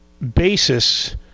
basis